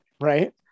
right